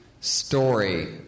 story